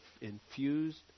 infused